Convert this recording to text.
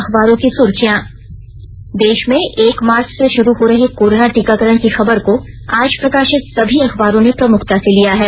अखबारों की सुर्खियां देश में एक मार्च से शुरू हो रहे कोरोना टीकाकरण की खबर को आज प्रकाशित सभी अखबारों ने प्रमुखता से लिया है